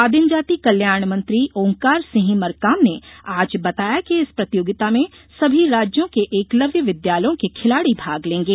आदिम जाति कल्याण मंत्री ओंकार सिंह मरकाम ने आज बताया कि इस प्रतियोगिता में सभी राज्यों के एकलव्य विद्यालयों के खिलाड़ी भाग लेंगे